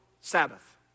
Sabbath